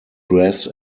dress